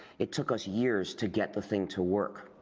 it took us years to get the thing to work.